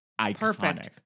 iconic